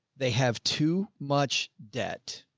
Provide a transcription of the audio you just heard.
they have too much debt.